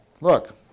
Look